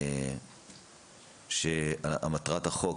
מטרת החוק